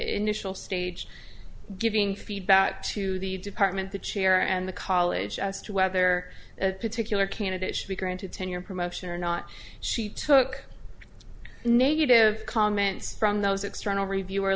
initial stage giving feedback to the department the chair and the college as to whether a particular candidate should be granted tenure promotion or not she took negative comments from those external review